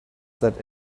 that